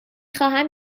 خواهم